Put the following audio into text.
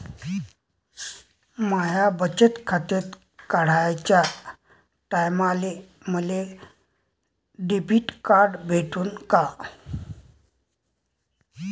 माय बचत खातं काढाच्या टायमाले मले डेबिट कार्ड भेटन का?